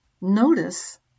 Notice